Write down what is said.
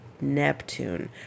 Neptune